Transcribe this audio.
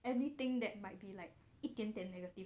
anything that might be like 一点点 negative